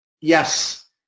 yes